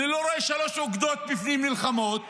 אני לא רואה שלוש אוגדות בפנים שנלחמות